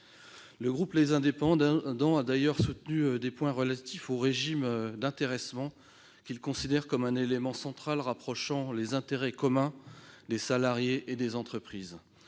Le groupe Les Indépendants a d'ailleurs soutenu des points relatifs au régime d'intéressement, qu'il considère comme un élément central rapprochant les intérêts communs des salariés et des entreprises.